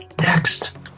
Next